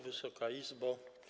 Wysoka Izbo!